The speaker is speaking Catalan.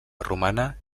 romana